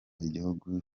igihugu